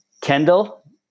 Kendall